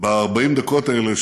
ב-40 הדקות האלה,